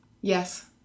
Yes